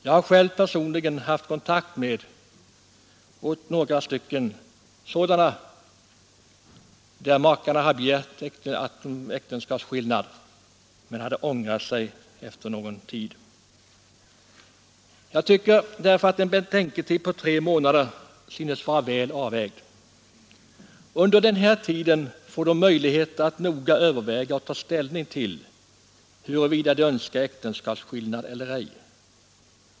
Jag har personligen haft kontakt med några sådana fall, där makarna har begärt äktenskapsskillnad men ångrat sig efter någon tid. Jag tycker därför att en betänketid på tre månader synes vara väl avvägt. Under den tiden får de möjligheter att noga överväga och ta ställning till huruvida de önskar äktenskapsskillnad eller ej.